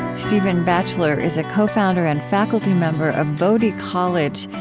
stephen batchelor is a co-founder and faculty member of bodhi college,